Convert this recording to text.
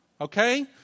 Okay